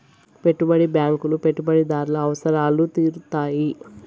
పెట్టుబడి బ్యాంకులు పెట్టుబడిదారుల అవసరాలు తీరుత్తాయి